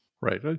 Right